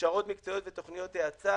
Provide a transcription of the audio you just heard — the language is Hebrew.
הכשרות מקצועיות ותוכניות האצה